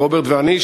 רוברט ואני,